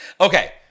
Okay